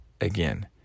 again